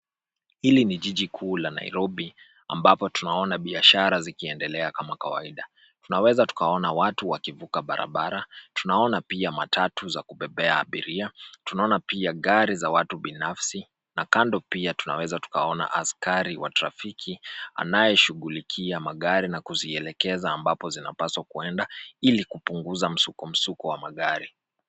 Hili ni jiji kuu la Nairobi ambapo tunaona biashara zikiendelea kama kawaidi. Tunaweza tukaona watu wakivuka barabara, tunaona pia matatu za kubebea abiri, tunaona pia gari za watu binafsi na kando pia, tunaweza tukaona askari wa trafiki anayeshughulikia magari na kuzielekeza ambapo zinapaswa kuenda, ilikupunguza msuko suko wa magari.